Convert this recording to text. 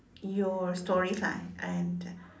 your stories lah and